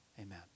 Amen